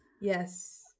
Yes